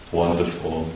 wonderful